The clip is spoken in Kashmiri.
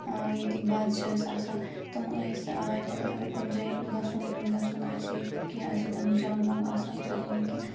ہاں ییتِکۍ بادشاہ ٲسۍ آسان تِم ٲسۍ تِمَن اگر کُنہِ جایہِ گَژھُن یُن گَژھُن آسہِ ہے کیٚنٛہہ آسہِ ہے تِمَن جَنگ وَنگ آسہَن کَرٕنۍ یا کیٚنٛہہ